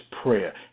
Prayer